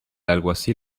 alguacil